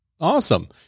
Awesome